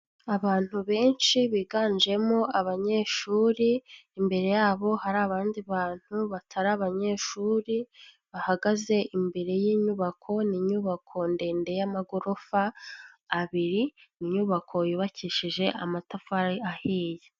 Abantu benshi biganjemo abanyeshuri, imbere yabo hari abandi bantu batari abanyeshuri bahagaze imbere y'inyubako, ni inyubako ndende y'amagorofa abiri, inyubako yubakishije amatafari ahiye.